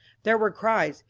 there were cries,